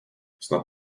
snad